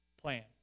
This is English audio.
plan